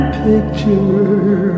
picture